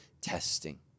testing